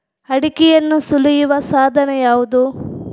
ಅಡಿಕೆಯನ್ನು ಸುಲಿಯುವ ಸಾಧನ ಯಾವುದು?